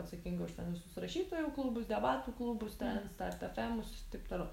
atsakinga už ten visus rašytojų klubus debatų klubus ten startefemus ir taip toliau